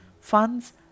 funds